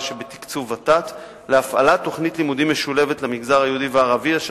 שבתקצוב ות"ת להפעלת תוכנית לימודים משולבת למגזר היהודי והערבי,